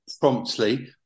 promptly